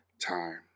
time